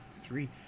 Three